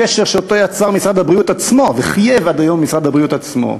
קשר שאותו יצר משרד הבריאות עצמו וחייב עד היום משרד הבריאות עצמו.